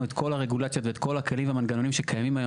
את כל הרגולציות ואת כל הכלים והמנגנונים שקיימים היום